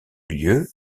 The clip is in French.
lieu